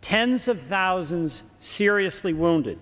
tens of thousands seriously wounded